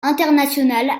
internationales